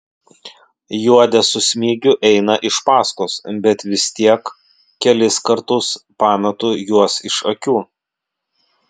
juodė su smigiu eina iš paskos bet vis tiek kelis kartus pametu juos iš akių